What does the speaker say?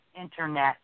Internet